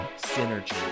synergy